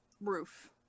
roof